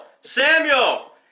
Samuel